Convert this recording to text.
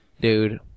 dude –